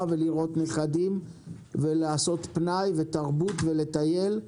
ולראות נכדים ולעשות פנאי ותרבות ולטייל,